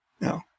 No